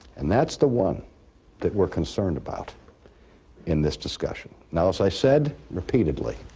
and that's the one that we're concerned about in this discussion. now, as i said repeatedly,